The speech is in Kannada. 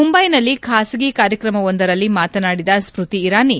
ಮುಂದ್ಯೆನಲ್ಲಿ ಖಾಸಗಿ ಕಾರ್ಯಕ್ರಮವೊಂದರಲ್ಲಿ ಮಾತನಾಡಿದ ಸ್ಕೃತಿ ಇರಾನಿ